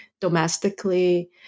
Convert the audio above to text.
domestically